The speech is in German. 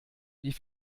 wie